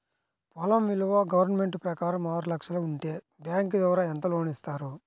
పొలం విలువ గవర్నమెంట్ ప్రకారం ఆరు లక్షలు ఉంటే బ్యాంకు ద్వారా ఎంత లోన్ ఇస్తారు?